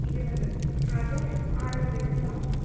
ഇരുപത് അതും ആറ് കിലോ എടുത്തോ